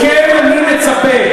מכם אני מצפה,